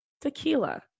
Tequila